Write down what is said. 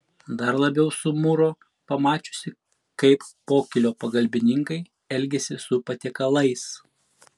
dar labiau sumuro pamačiusi kaip pokylio pagalbininkai elgiasi su patiekalais